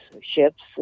ships